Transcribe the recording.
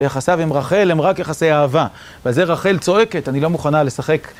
יחסיו עם רחל הם רק יחסי אהבה. ועל זה רחל צועקת, אני לא מוכנה לשחק.